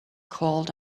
called